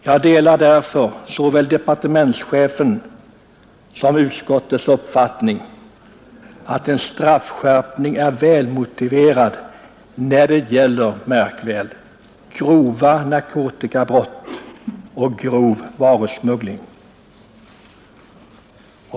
Jag delar därför såväl departements chefens som utskottets uppfattning att en straffskärpning är välmotiverad när det gäller, märk väl, grova narkotikabrott och grov varusmuggling.